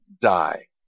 die